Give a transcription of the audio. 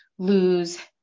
lose